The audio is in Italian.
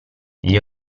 gli